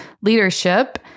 leadership